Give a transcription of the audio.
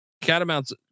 Catamounts